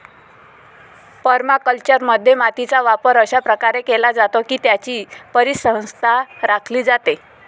परमाकल्चरमध्ये, मातीचा वापर अशा प्रकारे केला जातो की त्याची परिसंस्था राखली जाते